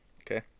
Okay